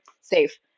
safe